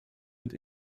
und